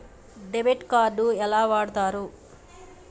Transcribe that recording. Debit card ఎట్లా వాడుతరు?